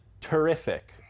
terrific